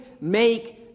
make